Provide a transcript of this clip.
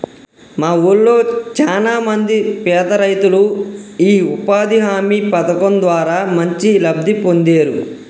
మా వూళ్ళో చానా మంది పేదరైతులు యీ ఉపాధి హామీ పథకం ద్వారా మంచి లబ్ధి పొందేరు